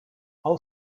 all